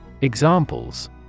Examples